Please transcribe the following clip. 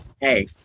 hey